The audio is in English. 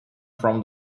from